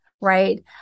right